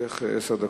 לרשותך עשר דקות.